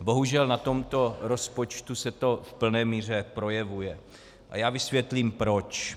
Bohužel na tomto rozpočtu se to v plné míře projevuje a já vysvětlím proč.